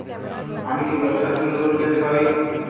আমি কি ব্যবসার জন্য লোন পেতে পারি?